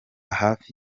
hafi